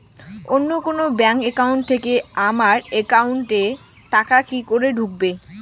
অন্য কোনো bank account থেকে আমার একাউন্ট এ টাকা কি করে ঢুকবে?